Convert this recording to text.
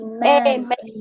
Amen